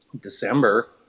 December